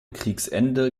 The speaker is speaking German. kriegsende